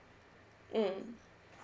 mm